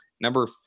number